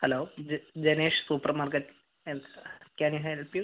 hello ഇത് Janesh super market can I help U